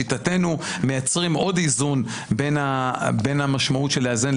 לשיטתנו מייצרים עוד איזון בין המשמעות של לאזן,